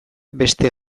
beste